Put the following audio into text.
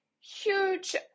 huge